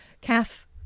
Kath